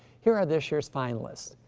here are this year's finalists.